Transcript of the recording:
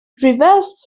reverse